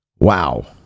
Wow